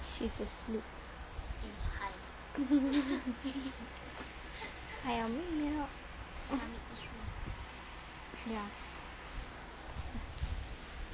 she's asleep ya high on milk